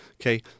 okay